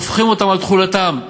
הופכים אותן על תכולתן,